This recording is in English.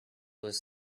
was